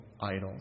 idols